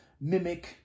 mimic